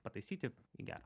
pataisyti į gerą